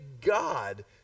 God